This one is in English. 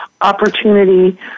opportunity